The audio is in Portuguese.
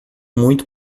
muito